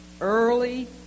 early